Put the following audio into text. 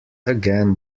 again